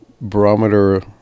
barometer